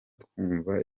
twumva